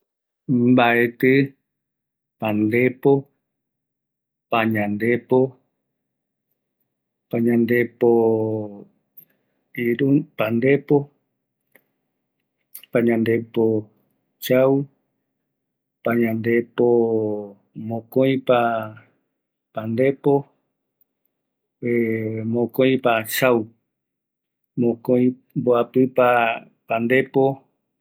Pandepo, payandepo, payandepo pandepo, mokoipa, mokoipa pandepo mboapɨpa, mboappa pandepo